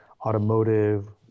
automotive